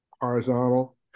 horizontal